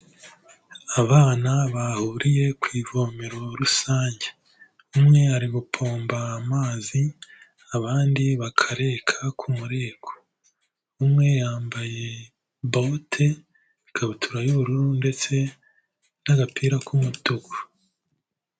Abana bahuriye ku ivomero rusange, umwe ari gupomba amazi, abandi bakareka ku mureko, umwe yambaye bote, ikabutura y'ubururu ndetse n'agapira k'umutuku.